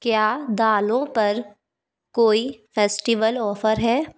क्या दालों पर कोई फ़ेस्टिवल ऑफ़र है